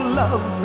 love